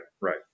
right